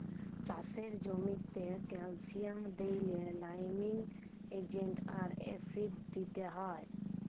চাষের জ্যামিতে ক্যালসিয়াম দিইলে লাইমিং এজেন্ট আর অ্যাসিড দিতে হ্যয়